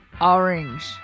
Orange